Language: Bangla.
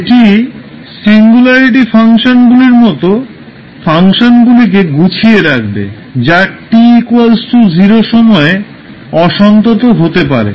এটি সিঙ্গুলারিটি ফাংশনগুলির মতো ফাংশনগুলিকে গুছিয়ে রাখবে যা t 0 সময়ে অসন্তত হতে পারে